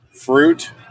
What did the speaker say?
Fruit